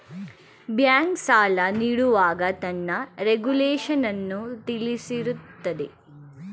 bank, ಸಾಲ ನೀಡುವಾಗ ತನ್ನ ರೆಗುಲೇಶನ್ನನ್ನು ತಿಳಿಸಿರುತ್ತದೆ